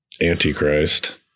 Antichrist